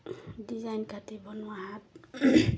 design কাটি বনোৱা হাত